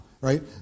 right